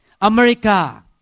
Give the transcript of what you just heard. America